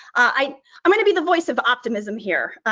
i'm i'm gonna be the voice of optimism here.